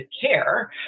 care